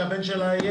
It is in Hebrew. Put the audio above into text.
שהבן שלה יהיה